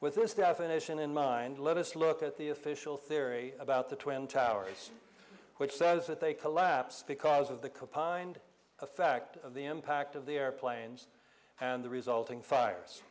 with this definition in mind let us look at the official theory about the twin towers which says that they collapsed because of the compound effect of the impact of the airplanes and the resulting fires